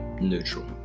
Neutral